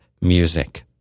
music